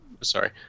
Sorry